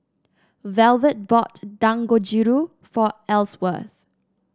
Velvet bought Dangojiru for Elsworth